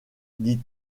dit